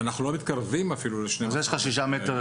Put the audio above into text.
ואנחנו לא מתקרבים אפילו --- אז יש לך טווח של שישה מטר.